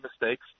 mistakes